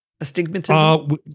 Astigmatism